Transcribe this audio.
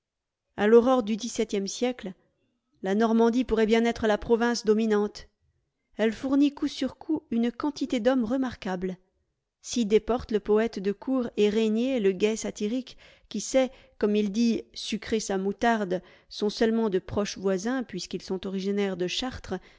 a l'aurore du dix-septième siècle la normandie pourrait bien être la province dominante elle fournit coup sur coup une quantité d'hommes remarquables si desportes le poète de cour et régnier le gai satirique qui sait comme il dit sucrer sa moutarde sont seule ment de proches voisins puisqu'ils sont originaires de chartres